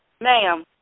Ma'am